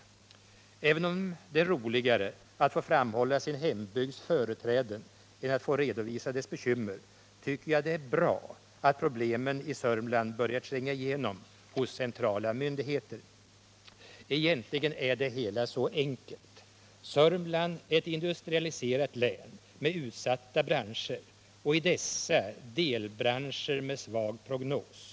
= säkerställa produk Även om det är roligare att få framhålla sin hembygds företräden än = tionen vid Strands att få redovisa dess bekymmer tycker jag det är bra att problemen i — Konfektions AB i Södermanland börjar tränga igenom hos centrala myndigheter. Katrineholm Egentligen är det hela så enkelt. Södermanland är ett industrialiserat län med utsatta branscher, och i dessa finns delbranscher med svag prognos.